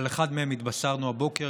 ועל אחד מהם התבשרנו הבוקר,